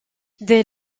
dès